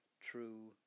true